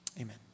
Amen